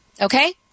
Okay